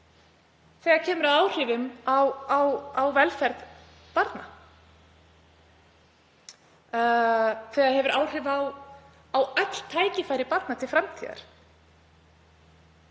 þegar kemur að áhrifum á velferð barna. Það hefur áhrif á öll tækifæri barna til framtíðar